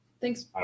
Thanks